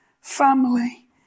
family